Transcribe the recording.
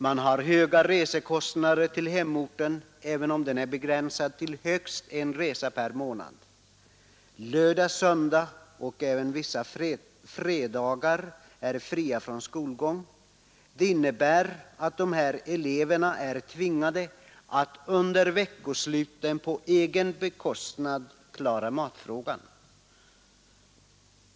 De har höga resekostnader till hemorten, även om hemresor na begränsas till högst en per månad. Lördagar, söndagar och även vissa fredagar är fria från skolgång. Det innebär att eleverna är tvingade att på egen bekostnad klara matfrågan under veckosluten.